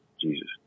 Jesus